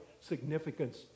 significance